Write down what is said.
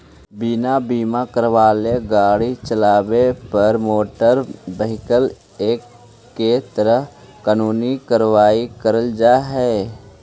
बिना बीमा करावाल गाड़ी चलावे पर मोटर व्हीकल एक्ट के तहत कानूनी कार्रवाई करल जा हई